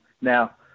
Now